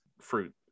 fruit